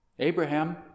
Abraham